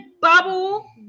bubble